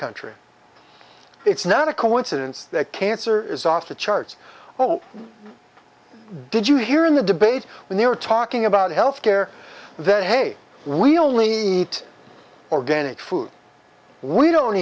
country it's not a coincidence that cancer is off the charts oh did you hear in the debate when they were talking about health care that hey we only need organic food we don't